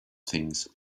things